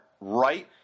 right